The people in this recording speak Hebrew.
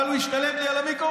אבל הוא השתלט לי על המיקרופון.